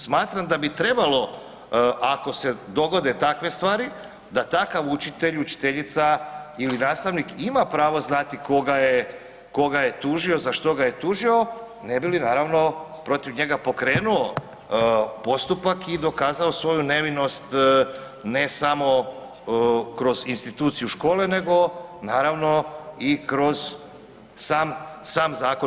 Smatram da bi trebalo, ako se dogode takve stvari, da takav učitelj, učiteljica ili nastavnik ima pravo znati tko ga je tužio, za što ga je tužio, ne bi li naravno protiv njega pokrenuo postupak i dokazao svoju nevinost, ne samo kroz instituciju škole, nego naravno i kroz sam Zakon.